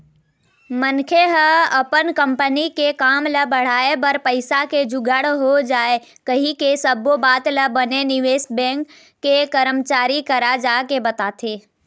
मनखे ह अपन कंपनी के काम ल बढ़ाय बर पइसा के जुगाड़ हो जाय कहिके सब्बो बात ल बने निवेश बेंक के करमचारी करा जाके बताथे